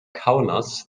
kaunas